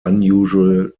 unusual